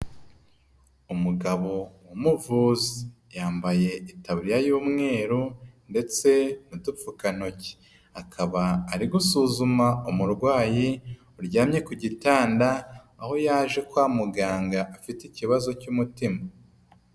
Umugabo w'umuvuzi, yambaye itaba y'umweru ndetse n'udupfukantoki, akaba ari gusuzuma umurwayi uryamye ku gitanda, aho yaje kwa muganga afite ikibazo cy'umutima.